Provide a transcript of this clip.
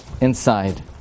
inside